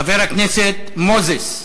חבר הכנסת מוזס,